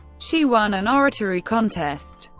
she won an oratory contest,